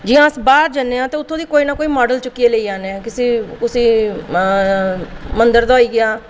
जि'यां अस कुदै बाहर जन्नें आं ते उत्थूं दा कोई मॉडल चुक्की लेई औने आं कुसै मंदर दा होइया